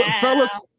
Fellas